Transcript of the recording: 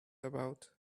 about